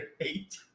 eight